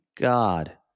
God